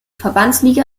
verbandsliga